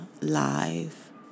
live